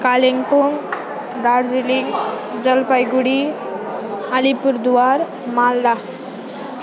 Kalimpong Darjeeling Jalpaiguri Alipurduar Malda